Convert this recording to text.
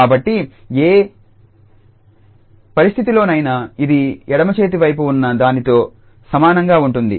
కాబట్టి ఏ పరిస్థితిలోనైనా ఇది ఎడమ చేతి వైపు ఉన్న దానితో సమానంగా ఉంటుంది